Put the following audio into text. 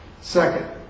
Second